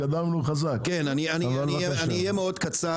אני אהיה קצר,